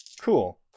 Cool